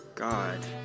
God